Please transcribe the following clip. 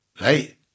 right